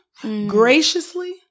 Graciously